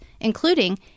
including